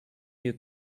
you